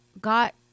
got